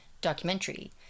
documentary